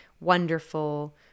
wonderful